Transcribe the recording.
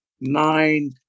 nine